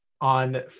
on